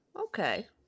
Okay